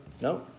No